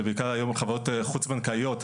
ובעיקר היום לחברות חוץ בנקאיות,